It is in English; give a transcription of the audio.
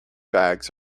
bags